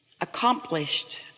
accomplished